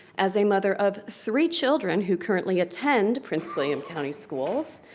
as a mother of three children who currently attend prince william county schools.